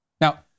Now